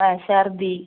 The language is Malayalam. ആ ഛർദ്ദി